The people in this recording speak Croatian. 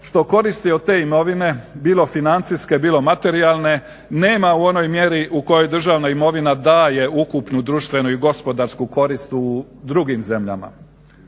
što koristi od te imovine, bilo financijske bilo materijalne, nema u onoj mjeri u kojoj državna imovina daje ukupnu društvenu i gospodarsku korist u drugim zemljama.